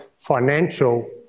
financial